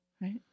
Right